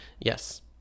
Yes